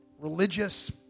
religious